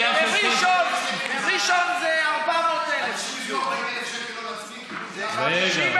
גם כן עשר דקות, ואחר כך ישיב סגן שר האוצר יצחק